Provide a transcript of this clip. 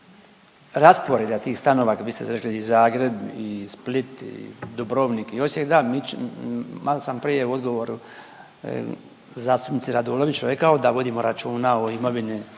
rasporeda tih stanova, vi ste rekli i Zagreb i Split, Dubrovnik i Osijek, da malo sam prije u odgovoru zastupnici Radolović rekao da vodimo računa o imovini